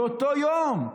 באותו יום.